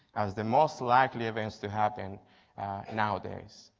the most likely events to happen nowadays.